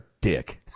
dick